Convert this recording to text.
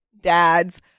Dads